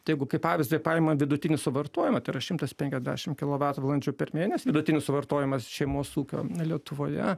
tai jeigu kaip pavyzdį paima vidutinį suvartojimą tai yra šimtas penkiasdešim kilovatvalandžių per mėnesį vidutinis suvartojimas šeimos ūkio lietuvoje